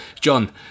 John